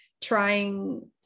Trying